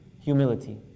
humility